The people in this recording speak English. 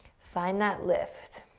find that lift.